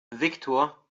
viktor